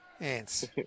Ants